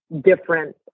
different